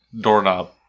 Doorknob